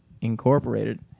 Incorporated